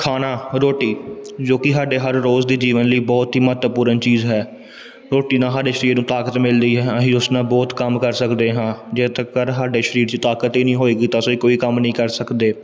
ਖਾਣਾ ਰੋਟੀ ਜੋ ਕਿ ਸਾਡੇ ਹਰ ਰੋਜ਼ ਦੇ ਜੀਵਨ ਲਈ ਬਹੁਤ ਹੀ ਮਹੱਤਵਪੂਰਨ ਚੀਜ਼ ਹੈ ਰੋਟੀ ਨਾਲ ਸਾਡੇ ਸਰੀਰ ਨੂੰ ਤਾਕਤ ਮਿਲਦੀ ਹੈ ਅਸੀਂ ਉਸ ਨਾਲ ਬਹੁਤ ਕੰਮ ਕਰ ਸਕਦੇ ਹਾਂ ਜਦੋਂ ਤੱਕ ਸਾਡੇ ਸਰੀਰ 'ਚ ਤਾਕਤ ਹੀ ਨਹੀਂ ਹੋਵੇਗੀ ਤਾਂ ਅਸੀਂ ਕੋਈ ਕੰਮ ਨਹੀਂ ਕਰ ਸਕਦੇ